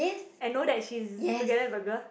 and know that she's together with a girl